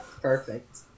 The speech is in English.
Perfect